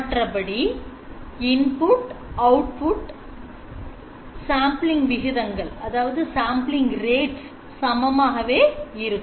மற்றபடி input output sampling விகிதங்கள் சமமாகவே இருக்கும்